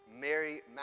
Mary